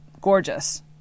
gorgeous